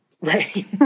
Right